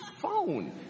phone